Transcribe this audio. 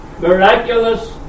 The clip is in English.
miraculous